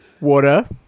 Water